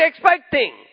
expecting